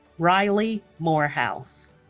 riley morehouse